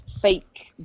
fake